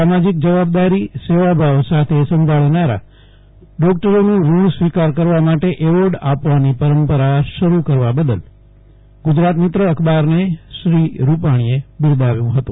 સામાજિક જવાબદારી સેવાભાવ સાથે સંભાળનાર ડોકટરનું ઋણસ્વીકાર કરવા માટે એવોર્ડ આપવાની પરંપરા શરૂ કરવા બદલ ગુજરાતમિત્ર અખબારને શ્રી રૂપાણીએ બિરદાવ્યું હતં